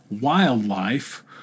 wildlife